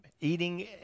eating